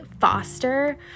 foster